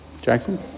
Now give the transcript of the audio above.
Jackson